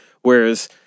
Whereas